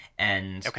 Okay